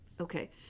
Okay